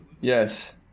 Yes